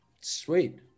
Sweet